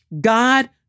God